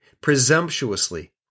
presumptuously